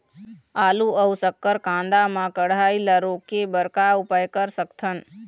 आलू अऊ शक्कर कांदा मा कढ़ाई ला रोके बर का उपाय कर सकथन?